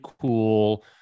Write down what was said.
cool